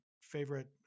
favorite